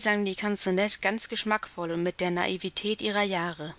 sang die canzonette ganz geschmackvoll und mit der naivetät ihrer jahre